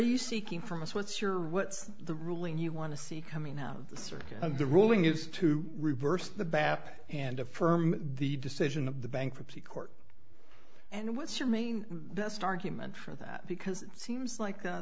you seeking from us what's your what's the ruling you want to see coming out of the circuit and the ruling is to reverse the baptists and affirm the decision of the bankruptcy court and what's your main best argument for that because it seems like